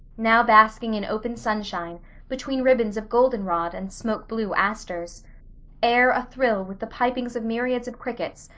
now basking in open sunshine between ribbons of golden-rod and smoke-blue asters air athrill with the pipings of myriads of crickets,